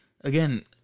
Again